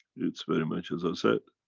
it's very much as i said,